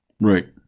Right